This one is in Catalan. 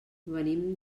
venim